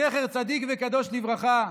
זכר צדיק וקדוש לברכה,